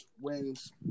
wins